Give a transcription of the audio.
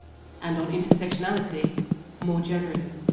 and on intersectionality more generally